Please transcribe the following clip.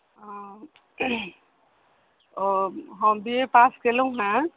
हँ ओ हम बी ए पास केलहुँ हेँ